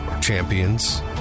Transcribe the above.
champions